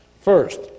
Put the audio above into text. First